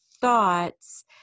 thoughts